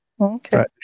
Okay